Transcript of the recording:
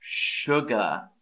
sugar